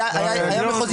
היה מחוזי.